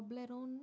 Toblerone